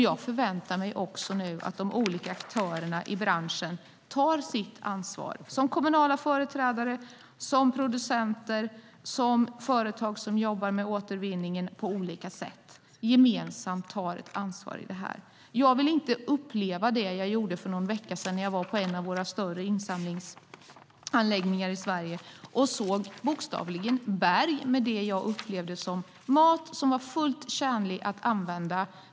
Jag förväntar mig också att de olika aktörerna i branschen gemensamt tar sitt ansvar som kommunala företrädare, producenter och företagare som jobbar med återvinning på olika sätt. Jag vill inte återuppleva det jag upplevde för någon vecka sedan när jag var på en av våra större insamlingsanläggningar i Sverige. Där såg jag bokstavligen berg med det jag upplevde som mat som var fullt tjänlig att använda.